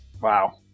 Wow